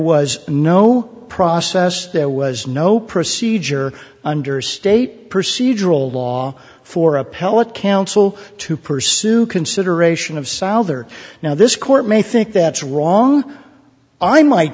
was no process there was no procedure under state proceed role law for appellate counsel to pursue consideration of souder now this court may think that's wrong i might